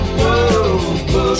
whoa